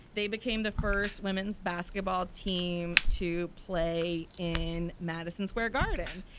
they became the first women's basketball team to play in madison square garden,